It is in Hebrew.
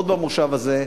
עוד במושב הזה,